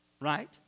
right